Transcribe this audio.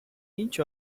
each